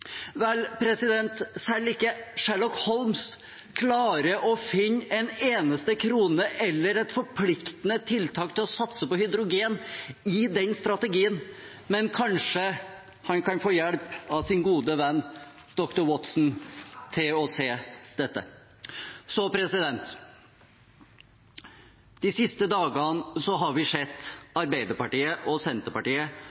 selv ikke Sherlock Holmes klarer å finne en eneste krone eller et forpliktende tiltak til å satse på hydrogen i den strategien, men kanskje han kan få hjelp av sin gode venn doktor Watson til å se dette. De siste dagene har vi sett